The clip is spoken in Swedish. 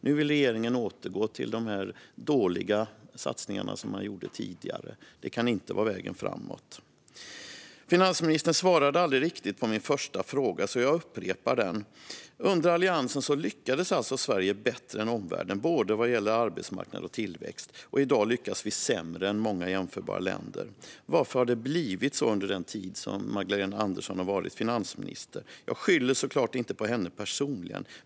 Nu vill regeringen återgå till de dåliga satsningar som man gjorde tidigare. Det kan inte vara vägen framåt. Finansministern svarade aldrig riktigt på min första fråga, och därför upprepar jag den. Under Alliansens tid lyckades alltså Sverige bättre än omvärlden, både vad gäller arbetsmarknad och tillväxt. I dag lyckas Sverige sämre än många jämförbara länder. Varför har det blivit så under den tid som Magdalena Andersson har varit finansminister? Jag skyller såklart inte på henne personligen.